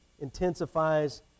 intensifies